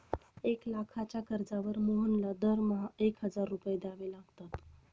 एक लाखाच्या कर्जावर मोहनला दरमहा एक हजार रुपये द्यावे लागतात